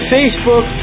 Facebook